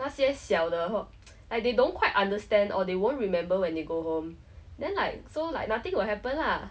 那些小的 like they don't quite understand or they won't remember when they go home then like so like nothing will happen lah